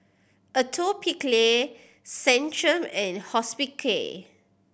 Atopiclair Centrum and Hospicare